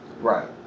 Right